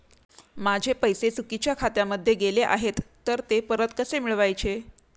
माझे पैसे चुकीच्या खात्यामध्ये गेले आहेत तर ते परत कसे मिळवायचे?